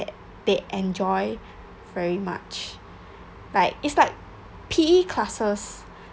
that they enjoy very much like it's like P_E classes